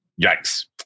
Yikes